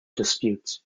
dispute